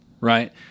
Right